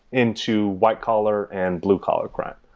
into white collar and blue collar crime.